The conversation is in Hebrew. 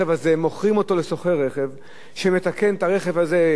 מוכרים אותו לסוחר רכב שמתקן את הרכב הזה בשטחים,